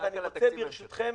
ברשותכם,